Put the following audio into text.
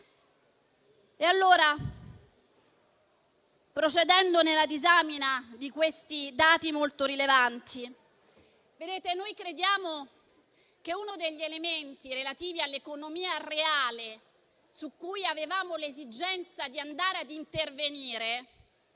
stabilità. Procedendo nella disamina di questi dati molto rilevanti, noi crediamo che uno degli elementi relativi all'economia reale su cui avevamo l'esigenza di intervenire